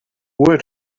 where